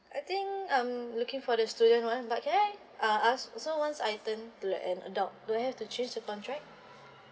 I think I'm looking for the student [one] but can I uh ask so once I turned to like an adult do I have to change the contract